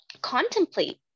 contemplate